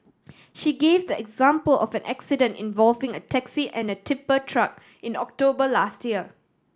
she gave the example of an accident involving a taxi and a tipper truck in October last year